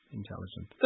intelligent